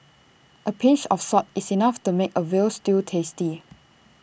A pinch of salt is enough to make A Veal Stew tasty